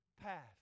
path